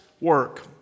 work